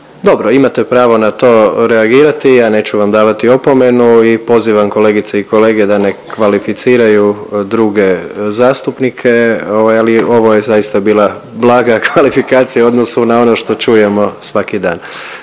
Dobro. Imate pravo na to reagirati. Ja neću vam davati opomenu i pozivam kolegice i kolege da ne kvalificiraju druge zastupnike, ali ovo je zaista bila blaga kvalifikacija u odnosu na ono što čujemo svaki dan,